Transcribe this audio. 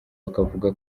bakavuga